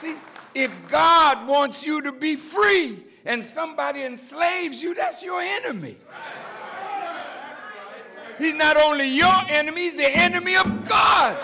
if god wants you to be free and somebody enslaves you that's your enemy not only you enemies the enemy of god